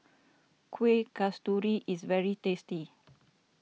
Kueh Kasturi is very tasty